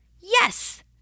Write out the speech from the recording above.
Yes